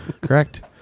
Correct